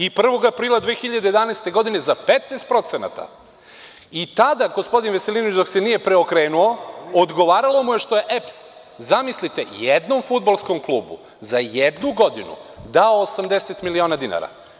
I 1. aprila 2011. godine za 15%, i tada, gospodin Veselinović, dok se nije preokrenuo, odgovaralo mu je što je EPS, zamislite, jednom fudbalskom klubu, za jednu godinu, dao 80 miliona dinara.